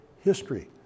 History